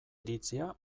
iritzia